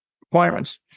requirements